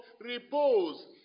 Repose